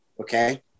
Okay